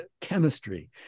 chemistry